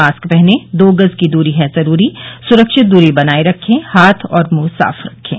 mask पहनें दो गज की दूरी है जरूरी सुरक्षित दूरी बनाए रखें हाथ और मुंह साफ रखें